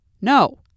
no